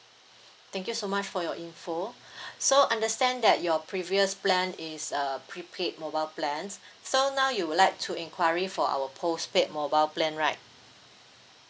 thank you so much for your info so understand that your previous plan is uh prepaid mobile plans so now you would like to inquiry for our postpaid mobile plan right